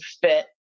fit